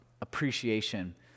appreciation